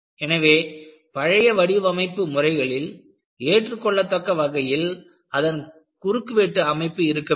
எனவே பழைய வடிவமைப்பு முறைகளில் ஏற்றுக்கொள்ளத்தக்க வகையில் அதன் குறுக்குவெட்டு அமைப்பு இருக்க வேண்டும்